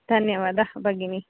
धन्यवादः भगिनि